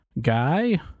Guy